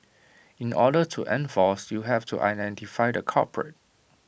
in order to enforce you have to identify the culprit